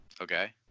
Okay